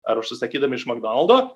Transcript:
ar užsisakydami iš makdonaldo